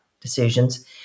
decisions